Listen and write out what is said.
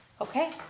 okay